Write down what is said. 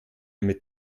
mit